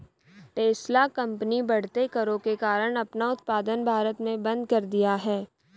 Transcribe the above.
Tesla कंपनी बढ़ते करों के कारण अपना उत्पादन भारत में बंद कर दिया हैं